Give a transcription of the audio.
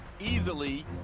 easily